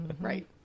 right